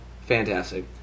Fantastic